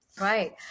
Right